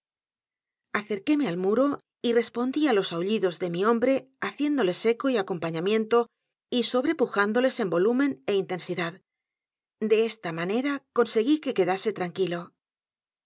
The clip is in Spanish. acerquéme al muro y respondí á los aullidos de mi hombre haciéndoles eco y acompañamiento y sobrepujándoles en volumen é intensidad de esta m a n e r a conseguí que quedase tranquilo